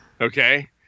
okay